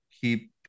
keep